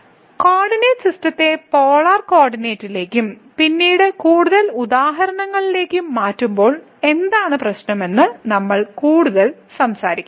coordinate സിസ്റ്റത്തെ polar കോർഡിനേറ്റിലേക്കും പിന്നീട് കൂടുതൽ ഉദാഹരണങ്ങളിലേക്കും മാറ്റുമ്പോൾ എന്താണ് പ്രശ്നമെന്ന് നമ്മൾ കൂടുതൽ സംസാരിക്കും